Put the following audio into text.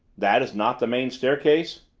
that is not the main staircase?